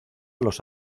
los